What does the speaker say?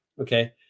Okay